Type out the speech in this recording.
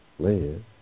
Land